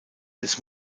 des